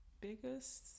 biggest